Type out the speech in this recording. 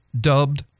dubbed